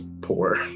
poor